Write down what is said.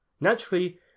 Naturally